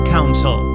Council